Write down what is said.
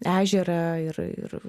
ežerą ir ir